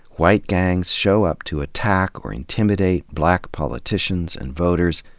white gangs show up to attack or intimidate black politicians and voters,